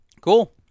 Cool